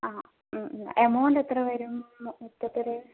ആ മ് മ് എമൗണ്ട് എത്രവരും മൊത്തത്തില്